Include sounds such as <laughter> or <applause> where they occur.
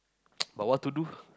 <noise> but what to do